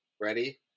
Ready